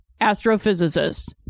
astrophysicist